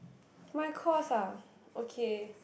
my course ah okay